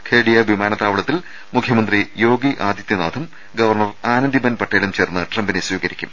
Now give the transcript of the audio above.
ഖേഡിയ വിമാനത്താവള ത്തിൽ മുഖ്യമന്ത്രി യോഗി ആദിത്യനാഥും ഗവർണർ ആനന്ദിബെൻ പട്ടേലും ചേർന്ന് ട്രംപിനെ സ്വീകരിക്കും